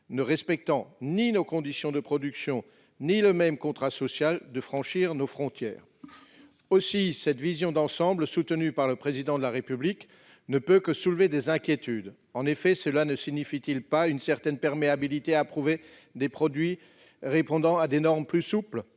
ne respectent pas nos conditions de production et ne sont pas soumis au même contrat social de franchir nos frontières. Aussi, cette vision d'ensemble soutenue par le Président de la République ne peut que soulever des inquiétudes. En effet, cela ne signifie-t-il pas une certaine perméabilité à l'idée qu'il faudrait approuver des produits répondant à des normes plus souples